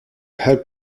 help